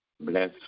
Bless